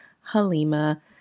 Halima